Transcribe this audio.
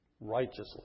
Righteously